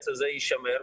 יישמר,